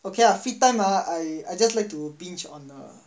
okay ah free time ah I I just like to binge on uh